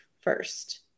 first